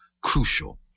crucial